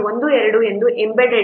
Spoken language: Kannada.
12 ಮತ್ತು ಎಂಬೆಡೆಡ್ಗೆ ಇದು 1